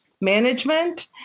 management